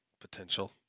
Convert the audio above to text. potential